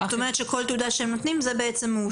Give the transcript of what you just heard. זאת אומרת שכול תעודה שהם נותנים, זה מאושר.